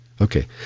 Okay